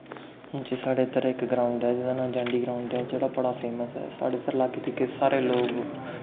जी साढ़े इद्धर इक ग्राउंड ऐ जेह्दा नांऽ जांडी ग्राउंड ऐ जेह्ड़ा बड़ा फेमस ऐ साढ़े इद्धर लाग्गे तीगे दे सारे लोग